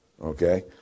Okay